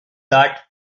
that